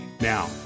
Now